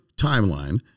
timeline